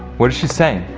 what is she saying?